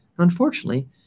Unfortunately